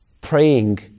praying